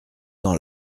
dans